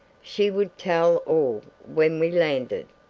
she would tell all when we landed.